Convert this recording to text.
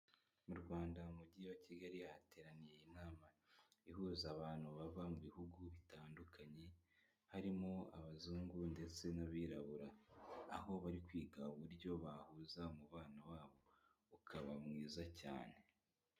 Mu Rwanda, mu mujyi wa Kigali hateraniye inama ihuza abantu bava mu bihugu bitandukanye, harimo abazungu ndetse n'abirabura, aho bari kwiga uburyo bahuza umubano wabo ukaba mwiza cyane.